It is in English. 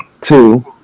two